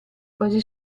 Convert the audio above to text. quasi